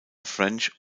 french